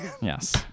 Yes